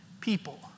people